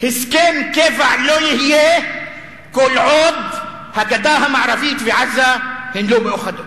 הסכם קבע לא יהיה כל עוד הגדה המערבית ועזה הן לא מאוחדות.